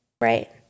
Right